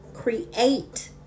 Create